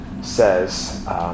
says